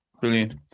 brilliant